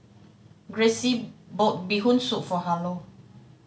Grayce bought Bee Hoon Soup for Harlow